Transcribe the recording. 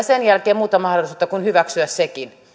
sen jälkeen muuta mahdollisuutta kuin hyväksyä sekin